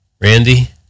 Randy